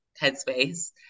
headspace